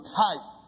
type